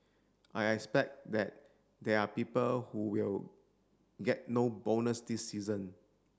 I expect that there are people who will get no bonus this season